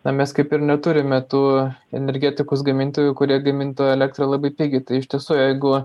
na mes kaip ir neturime tų energetikos gamintojų kurie gamintų elektrą labai pigiai tai iš tiesų jeigu